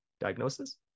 diagnosis